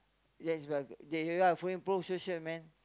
let's to improve social man